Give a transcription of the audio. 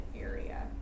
area